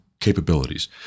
capabilities